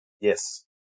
yes